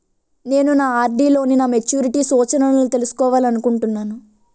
నేను నా ఆర్.డి లో నా మెచ్యూరిటీ సూచనలను తెలుసుకోవాలనుకుంటున్నాను